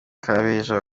kabeja